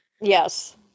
yes